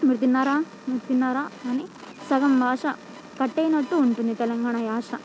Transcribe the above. మీరు తిన్నారా తిన్నారా అని సగం భాష కట్టయినట్టు ఉంటుంది తెలంగాణ యాస